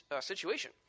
situation